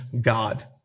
God